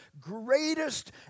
greatest